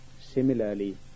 Similarly